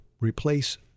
replace